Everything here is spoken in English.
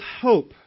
hope